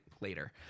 later